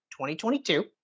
2022